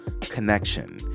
connection